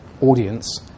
audience